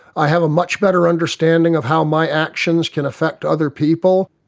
i have a much better understanding of how my actions can affect other people.